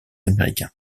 américain